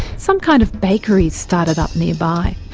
some kind of bakery's started up nearby.